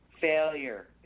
Failure